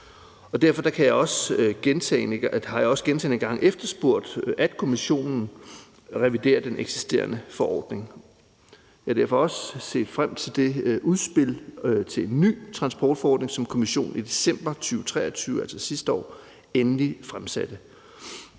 Derfor har jeg også gentagne gange efterspurgt, at Kommissionen reviderer den eksisterende forordning. Jeg har derfor også set frem til det udspil til en ny transportforordning, som Kommissionen i december 2023, altså sidste år, endelig fremsatte.